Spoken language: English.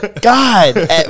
god